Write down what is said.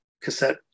cassette